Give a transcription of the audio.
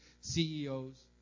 CEOs